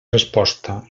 resposta